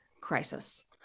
crisis